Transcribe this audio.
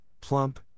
plump